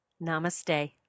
Namaste